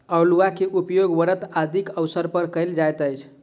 अउलुआ के उपयोग व्रत आदिक अवसर पर कयल जाइत अछि